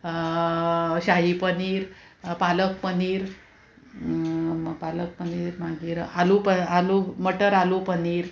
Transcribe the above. शाही पनीर पालक पनीर पालक पनीर मागीर आलू पर आलू मटर आलू पनीर